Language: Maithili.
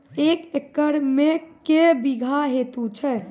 एक एकरऽ मे के बीघा हेतु छै?